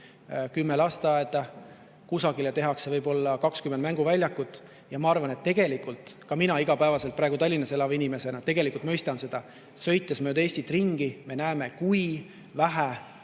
kümme lasteaeda, kusagile tehakse võib-olla 20 mänguväljakut. Ja tegelikult ka mina igapäevaselt praegu Tallinnas elava inimesena mõistan seda. Sõites mööda Eestit ringi, me näeme, kui vähe